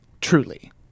Truly